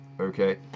Okay